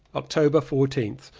october fourteenth.